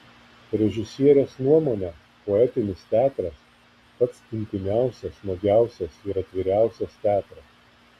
režisierės nuomone poetinis teatras pats intymiausias nuogiausias ir atviriausias teatras